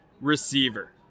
receiver